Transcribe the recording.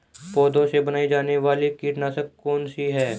पौधों से बनाई जाने वाली कीटनाशक कौन सी है?